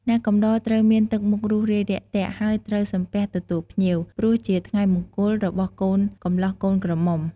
អ្នកកំដរត្រូវមានទឹកមុខរួសរាយរាក់ទាក់ ហើយត្រូវសំពះទទួលភ្ញៀវ ព្រោះជាថ្ងៃមង្គលរបស់កូនកម្លោះកូនក្រមុំ ។